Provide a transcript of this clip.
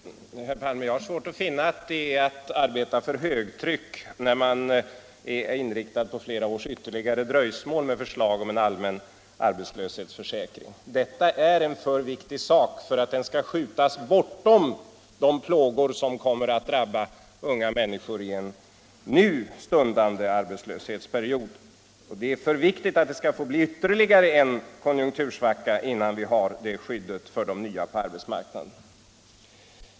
Herr talman! Jag har svårt att finna, herr Palme, att det är att arbeta för högtryck när man är inriktad på flera års ytterligare dröjsmål med förslag om en allmän arbetslöshetsförsäkring. Det är en för viktig sak för att skjutas bortom de plågor som kommer att drabba unga människor i en nu stundande arbetslöshetsperiod. Och det är för viktigt för att det skall få bli ytterligare en konjuntursvacka innan vi har det skyddet för de nya på arbetsmarknaden.